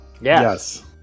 Yes